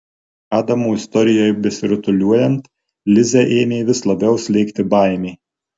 adamo istorijai besirutuliojant lizę ėmė vis labiau slėgti baimė